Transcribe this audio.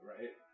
Right